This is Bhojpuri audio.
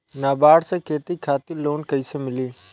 नाबार्ड से खेती खातिर लोन कइसे मिली?